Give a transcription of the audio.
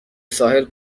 ساحل